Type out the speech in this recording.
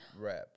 rap